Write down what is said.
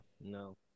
No